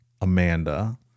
Amanda